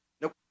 nope